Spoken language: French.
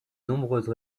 nombreuses